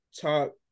top